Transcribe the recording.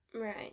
Right